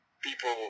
people